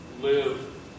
live